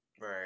Right